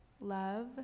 love